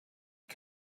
you